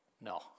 no